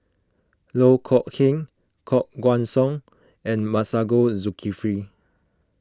Loh Kok Heng Koh Guan Song and Masagos Zulkifli